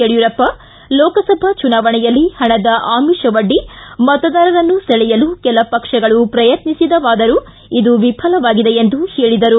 ಯಡ್ಕೂರಪ್ಪ ಲೋಕಸಭಾ ಚುನಾವಣೆಯಲ್ಲಿ ಹಣದ ಆಮಿಶ ಒಡ್ಡಿ ಮತದಾರರನ್ನು ಸೆಳೆಯಲು ಕೆಲ ಪಕ್ಷಗಳು ಪ್ರಯತ್ನಿಸಿದವಾದರೂ ಇದು ವಿಫಲವಾಗಿದೆ ಎಂದು ಹೇಳಿದರು